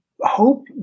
hope